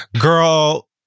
girl